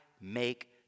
make